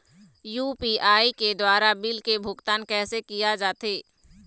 UPI के द्वारा bill के भुगतान कैसे किया जाथे?